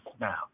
now